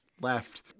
left